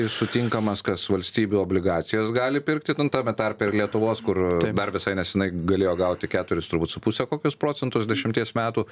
sutinkamas kas valstybių obligacijas gali pirkti ten tame tarpe ir lietuvos kur dar visai neseniai galėjo gauti keturis turbūt su puse kokius procentus dešimties metų